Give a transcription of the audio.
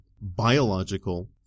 biological